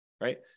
right